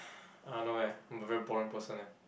I don't know leh I'm a very boring person leh